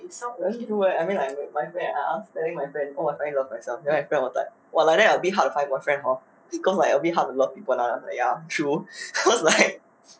I mean my friend I was telling my friend I finally love myself then my friend was like !wah! like that a bit hard to find girlfriend hor cause I a bit hard to love people lah ya true cause like